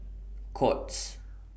Courts